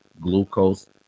glucose